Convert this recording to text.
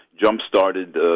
jump-started